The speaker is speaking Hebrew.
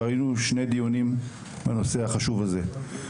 כבר היו שני דיונים בנושא החשוב הזה.